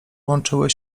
łączyły